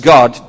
God